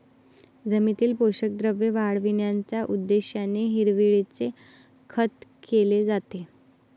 जमिनीतील पोषक द्रव्ये वाढविण्याच्या उद्देशाने हिरवळीचे खत केले जाते